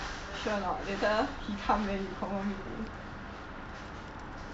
sure or not later he come then you confirm meet him